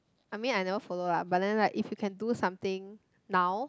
I mean I never follow lah but then like if you can do something now